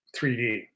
3d